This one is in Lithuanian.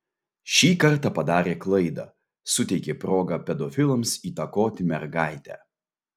šį kartą padarė klaidą suteikė progą pedofilams įtakoti mergaitę